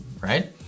right